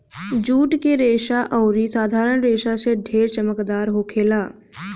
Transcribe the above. जुट के रेसा अउरी साधारण रेसा से ढेर चमकदार होखेला